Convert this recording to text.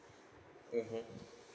mmhmm